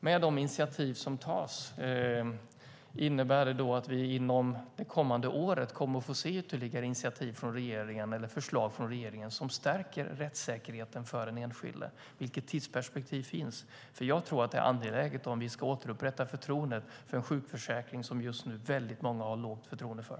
Med de initiativ som tas, innebär det att vi inom det kommande året kommer att få se ytterligare initiativ eller förslag från regeringen som stärker rättssäkerheten för den enskilde? Vilket tidsperspektiv finns? Jag tror att det är angeläget om vi ska återupprätta förtroendet för en sjukförsäkring som väldigt många just nu har lågt förtroende för.